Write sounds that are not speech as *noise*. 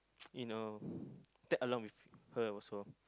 *noise* you know *breath* tag along with her also